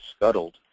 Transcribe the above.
scuttled